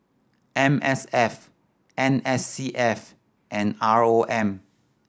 M S F N S C S and R O M